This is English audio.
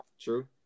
true